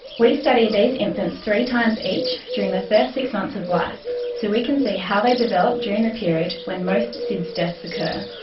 we study these infants three times each during the first six months of life so we can see how they develop during the period when most sids deaths occur.